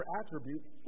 attributes